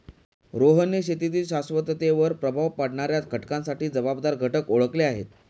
रोहनने शेतीतील शाश्वततेवर प्रभाव पाडणाऱ्या घटकांसाठी जबाबदार घटक ओळखले आहेत